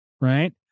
right